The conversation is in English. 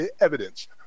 evidence